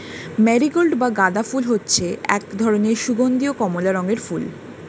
marigold বা গাঁদা ফুল হচ্ছে এক ধরনের সুগন্ধীয় কমলা রঙের ফুল